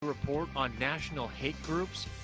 report on national hate groups.